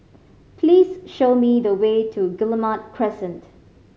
please show me the way to Guillemard Crescent